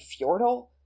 Fjordal